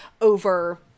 over